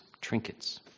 Trinkets